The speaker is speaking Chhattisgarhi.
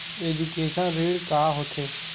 एजुकेशन ऋण का होथे?